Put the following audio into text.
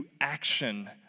action